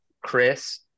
Chris